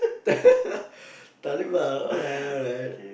Talib ah alright alright